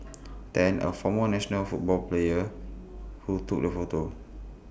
Tan A former national football player who took the photo